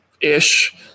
ish